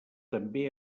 també